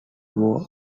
were